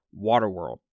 Waterworld